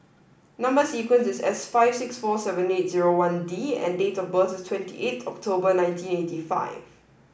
number sequence is S five six four seven eight zero one D and date of birth is twenty eight October nineteen eighty five